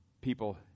people